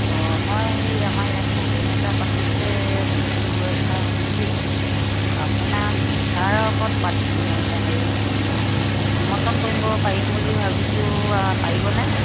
অঁ মই আমাৰ ইয়াত প্ৰগেম এটা পাতিছে বিহু সুৰক্ষা সমিতিত আপোনাক বিচাৰকক পাত হেৰি নিমন্ত্ৰণ কৰিব পাৰিম বুলি ভাবিছোঁ পাৰিবনে